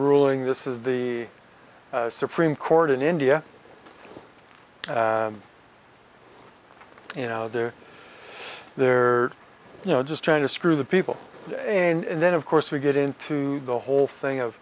ruling this is the supreme court in india you know they're there you know just trying to screw the people in and then of course we get into the whole thing of